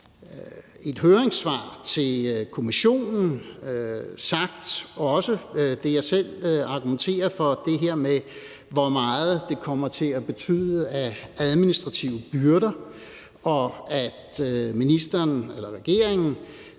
et høringssvar til Kommissionen også skrevet det, jeg selv argumenterer for, altså det her med, hvor meget det kommer til at betyde af administrative byrder, og at regeringen